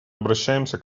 обращаемся